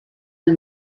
nel